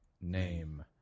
name